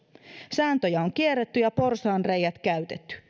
sääntöjä on kierretty ja porsaanreiät käytetty